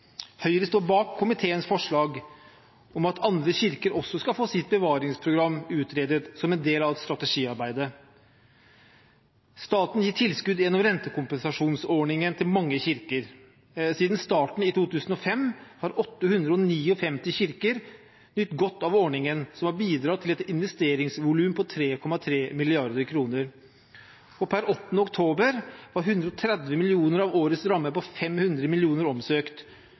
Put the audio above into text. Høyre står bak komiteens forslag om at andre kirker også skal få sitt bevaringsprogram utredet som en del av strategiarbeidet. Staten gir gjennom rentekompensasjonsordningen tilskudd til mange kirker. Siden starten i 2005 har 859 kirker nytt godt av ordningen, som har bidratt til et investeringsvolum på 3,3 mrd. kr. Per 8. oktober er det søkt om 130 mill. kr av årets ramme på 500